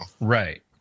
Right